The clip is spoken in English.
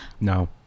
No